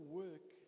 work